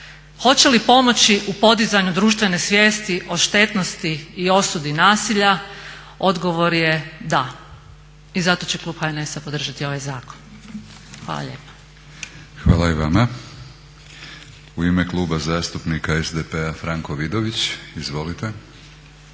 Hoće li pomoći u podizanju društvene svijesti o štetnosti i osudi nasilja? Odgovor je da. I zato će klub HNS-a podržati ovaj zakon. Hvala lijepa. **Batinić, Milorad (HNS)** Hvala i vama. U ime Kluba zastupnika SDP-a Franko Vidović, izvolite.